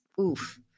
oof